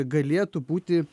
galėtų būti